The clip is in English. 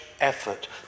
effort